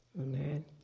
Amen